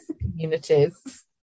communities